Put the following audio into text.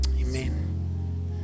Amen